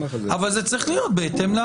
אבל זה צריך להיות בהתאם ל